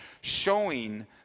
showing